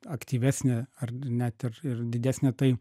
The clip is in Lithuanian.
aktyvesnė ar net ir ir didesnė tai